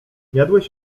jadłeś